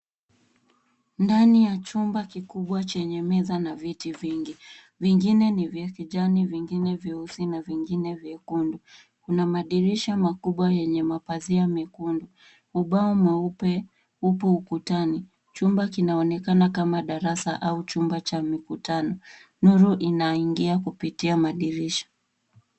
Ndani ya chumba kikubwa chenye meza na viti vingine ni vya kijani, vingine vyeusi na vingine vyekundu. Kuna madirisha makubwa yenye mapazia mekundu. Ubao mweupe upo ukutani. Chumba kinaonekana kama darasa au chumba cha mikutano. Nuru inaingia kupitia madirisha.